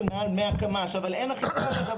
100 קמ"ש ומעלה אבל אין אכיפה של זה.